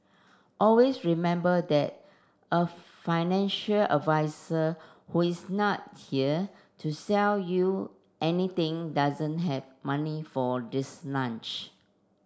always remember that a financial advisor who is not here to sell you anything doesn't have money for this lunch